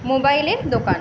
মোবাইলের দোকান